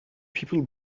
people